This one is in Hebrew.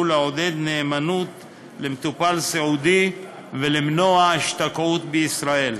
לעודד נאמנות למטופל סיעודי ולמנוע השתקעות בישראל.